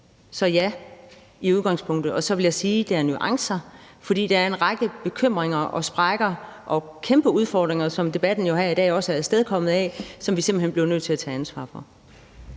Så i udgangspunktet ja. Og så vil jeg sige, at der er nuancer. For der er en række bekymringer, sprækker og kæmpe udfordringer, hvilket debatten jo her i dag også er afstedkommet af, som vi simpelt hen bliver nødt til at tage ansvar for.